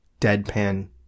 deadpan